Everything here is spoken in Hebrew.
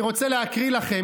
אני רוצה להקריא לכם,